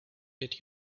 did